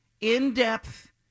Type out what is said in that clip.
in-depth